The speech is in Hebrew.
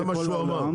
זה מה שהוא אמר.